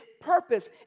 purpose